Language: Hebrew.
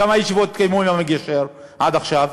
כמה ישיבות התקיימו עם המגשר עד עכשיו?